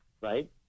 Right